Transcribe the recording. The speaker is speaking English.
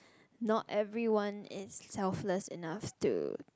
not everyone is selfless enough to